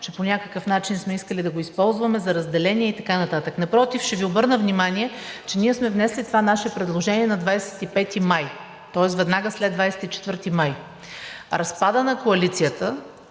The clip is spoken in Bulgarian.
че по някакъв начин сме искали да го използваме за разделение и така нататък. Напротив, ще Ви обърна внимание, че ние сме внесли това наше предложение на 25 май, тоест веднага след 24 май. Разпадът на коалицията